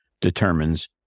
determines